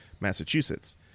Massachusetts